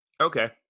Okay